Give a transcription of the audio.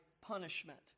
punishment